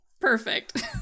perfect